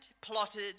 plotted